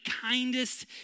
kindest